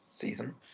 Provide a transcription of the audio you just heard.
Season